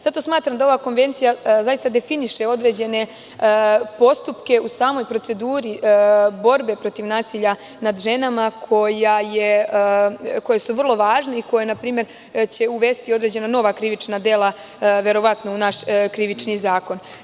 Zato smatram da ova konvencija zaista definiše određene postupke u samoj proceduri borbe protiv nasilja nad ženama koje su veoma važne i koje će uvesti određena nova krivična dela verovatno u naš krivični zakon.